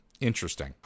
interesting